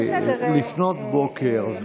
לפנות בוקר,